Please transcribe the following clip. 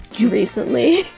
recently